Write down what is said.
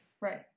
Right